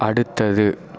அடுத்தது